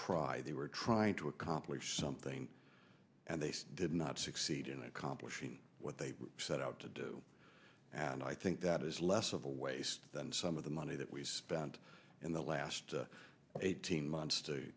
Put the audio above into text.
try they were trying to accomplish something and they did not succeed in accomplishing what they set out to do and i think that is less of a waste than some of the money that we spent in the last eighteen months to